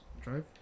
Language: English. Drive